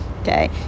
okay